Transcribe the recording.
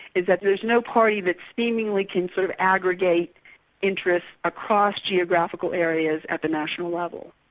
is that there's no party that seemingly can sort of aggregate interests across geographical areas at the national level.